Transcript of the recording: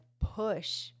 push